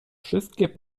wszystkie